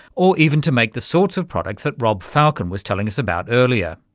or even to make the sorts of products that rob falken was telling us about earlier.